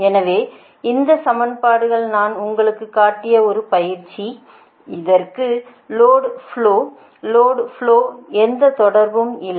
எனவே இந்த சமன்பாடுகள் நான் உங்களுக்குக் காட்டிய ஒரு பயிற்சி இதற்கும் லோடு ஃப்லோற்கும் எந்த தொடர்பும் இல்லை